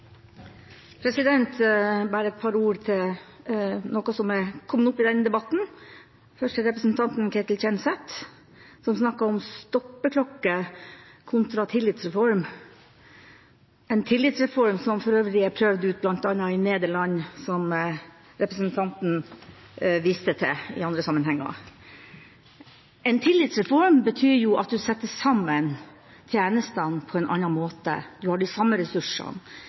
Bare et par ord til noe som kom opp i denne debatten. Først til representanten Ketil Kjenseth, som snakket om stoppeklokke kontra tillitsreform, en tillitsreform som for øvrig er prøvd bl.a. i Nederland, som representanten har vist til i andre sammenhenger. En tillitsreform betyr at man setter sammen tjenestene på en annen måte. Man har de samme ressursene,